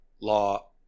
law